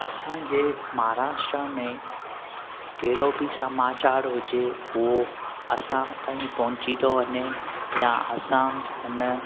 असांजे महाराष्ट्रा में कहिड़ो बि समाचारु हुजे उहो असां तईं पहुची थो वञे या असां हुन